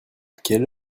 quelle